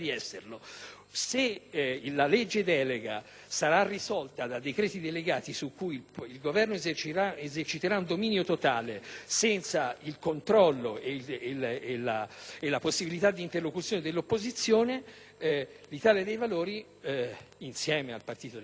Se la legge delega sarà risolta da decreti delegati su cui il Governo eserciterà un dominio totale, senza il controllo e la possibilità d'interlocuzione dell'opposizione, l'Italia dei Valori, insieme al Partito Democratico,